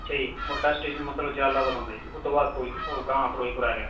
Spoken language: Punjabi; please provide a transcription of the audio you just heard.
ਅੱਛਾ ਜੀ ਵੱਡਾ ਸਟੇਸ਼ਨ ਮਤਲਬ ਜਲਾਲਾਬਾਦ ਆਉਂਦਾ ਜੀ ਉਹਦੋਂ ਬਾਅਦ ਫਿਰੋਜ਼ਪੁਰ ਉਹ ਗਾਹਾਂ ਫਿਰੋਜ਼ਪੁਰ ਆ ਗਿਆ